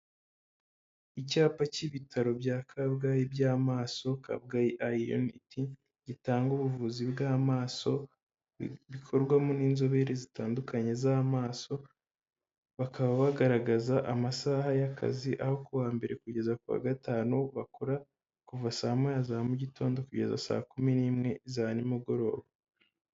Icyapa cy'ibitaro bya kabgayi by'amaso KABGAYI EYE UNIT gitanga ubuvuzi bw'amaso bikorwamo n'inzobere zitandukanye z'amaso, bakaba bagaragaza amasaha y'akazi aho kuwa mbere kugeza ku wa gatanu bakora kuva saa moya za mugitondo kugeza saa kumi n'imwe za nimugoroba.